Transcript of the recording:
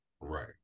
Right